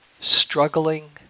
struggling